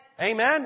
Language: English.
Amen